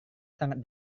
sangat